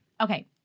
Okay